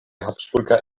habsburga